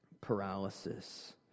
paralysis